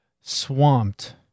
swamped